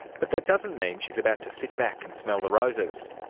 but that doesn't mean she's about to sit back and smell the roses.